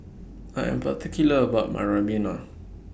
I Am particular about My Ribena